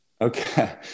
Okay